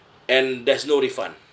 and there's no refund